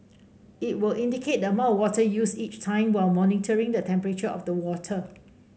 it will indicate the amount of water used each time while monitoring the temperature of the water